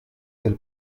del